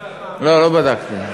לא בדקתי.